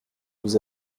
nous